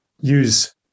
use